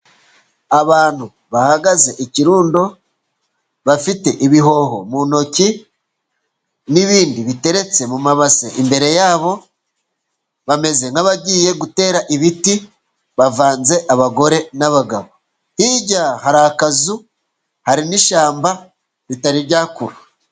Abantu bahagaze ikirundo, bafite ibihoho mu ntoki n'ibindi biteretse mu mabase imbere yabo, bameze nk'abagiye gutera ibiti. Bavanze abagore n'abagabo, hirya hari akazu hari n'ishyamba ritari ryakura.